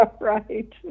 right